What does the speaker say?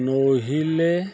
ନୋହିଲେ